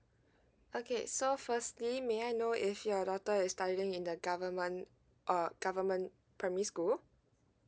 okay so firstly may I know if your daughter is studying in the government or government primary school